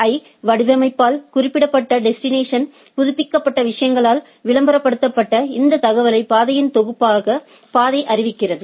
ஐ வடிவமைப்பால் குறிப்பிடப்பட்ட டெஸ்டினேஷன் புதுப்பிக்கப்பட்ட விஷயங்களால் விளம்பரப்படுத்தப்பட்ட இந்த தகவலை பாதையின் தொகுப்பாக பாதை அறிவிக்கிறது